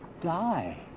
die